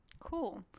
Cool